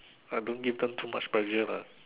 I don't give them too much pressure lah